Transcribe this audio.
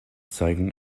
zeigen